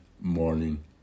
morning